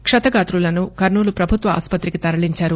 క్షతగాతులను కర్నూలు ప్రభుత్వ హాస్పత్తికి తరలించారు